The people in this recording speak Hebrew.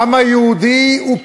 העם היהודי הוא פרופוזיציה,